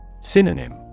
Synonym